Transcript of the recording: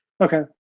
Okay